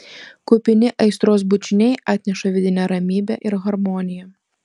kupini aistros bučiniai atneša vidinę ramybę ir harmoniją